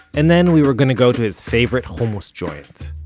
and then we were going to go to his favorite hummus joint,